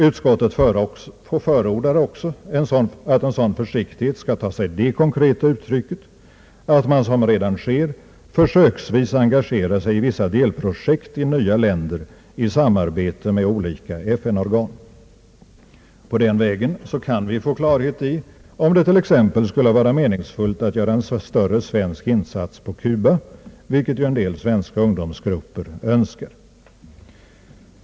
Utskottet förordar också att en sådan försiktighet skall ta sig det konkreta uttrycket att man, som redan sker, försöksvis engagerar sig i delprojekt i nya länder i samarbete med olika FN organ, På den vägen kan vi få klarhet i om det t.ex. skulle vara meningsfullt att göra en större svensk insats på Cuba, vilket ju en del svenska ungdomsgrupper önskar.